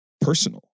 personal